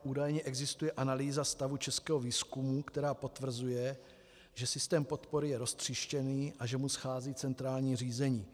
Údajně existuje analýza stavu českého výzkumu, která potvrzuje, že systém podpory je roztříštěný a že mu schází centrální řízení.